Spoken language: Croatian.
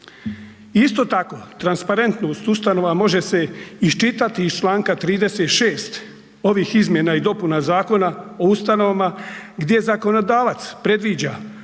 se ne razumije./... može se iščitati iz članka 36. ovih Izmjena i dopuna Zakona o ustanovama gdje zakonodavac predviđa